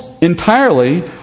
entirely